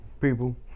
people